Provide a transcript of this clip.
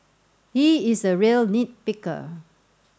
he is a real nit picker